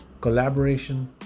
Collaboration